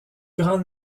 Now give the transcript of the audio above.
grande